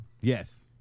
Yes